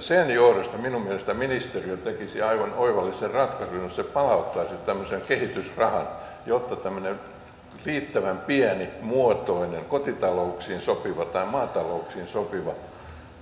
sen johdosta minun mielestäni ministeriö tekisi aivan oivallisen ratkaisun jos se palauttaisi tämmöisen kehitysrahan jotta tämmöinen riittävän pienimuotoinen kotitalouksiin tai maatalouksiin sopiva